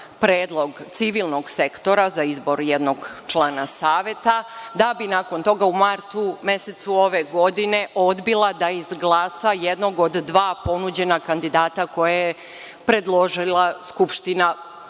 predlog civilnog sektora za izbor jednog člana Saveta, da bi nakon toga u martu mesecu ove godine odbila da izglasa jednog od dva ponuđena kandidata koje je predložila Skupština